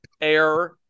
air